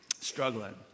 struggling